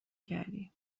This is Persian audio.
کردی